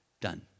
Done